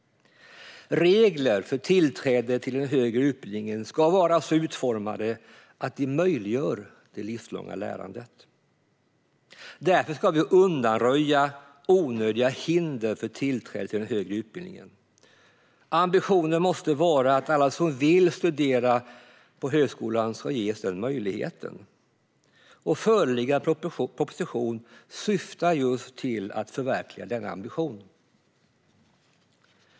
Reglerna för tillträde till den högre utbildningen ska vara så utformade att de möjliggör det livslånga lärandet. Därför ska vi undanröja onödiga hinder för tillträde till den högre utbildningen. Ambitionen måste vara att alla som vill studera på högskolan ska ges den möjligheten. Föreliggande proposition syftar till att förverkliga denna ambition.